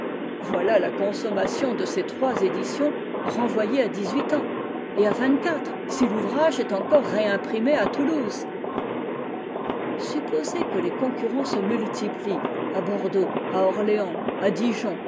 voilà la consommation de ces trois éditions renvoyée à dix-huit ans et à vingt-quatre si l'ouvrage est encore réimprimé à toulouse supposez que les concurrents se multiplient à bordeaux à orléans à dijon